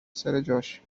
سرجاشه